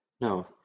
No